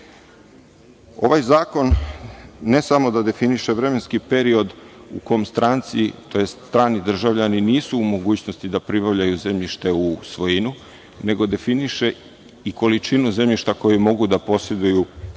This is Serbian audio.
zakon ne samo da definiše vremenski period u kom stranci, tj. strani državljani nisu u mogućnosti da pribavljaju zemljište u svojinu, nego definiše i količinu zemljišta koje mogu da poseduju